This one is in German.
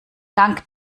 dank